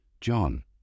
John